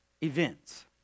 events